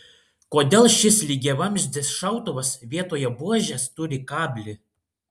kodėl šis lygiavamzdis šautuvas vietoje buožės turi kablį